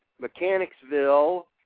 Mechanicsville